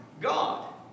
God